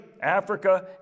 Africa